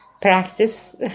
practice